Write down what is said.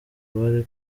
bari